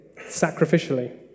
sacrificially